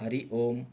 Hari Om